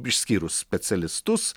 išskyrus specialistus